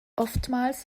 oftmals